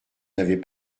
n’avait